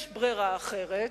יש ברירה אחרת.